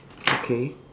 okay